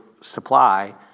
supply